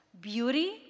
Beauty